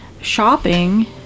shopping